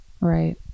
right